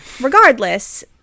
Regardless